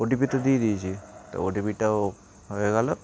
ও T P তো দিয়ে দিয়েছি তো ও টি পি টাও হয়ে গেলো